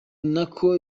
nako